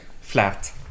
flat